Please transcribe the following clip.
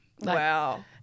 Wow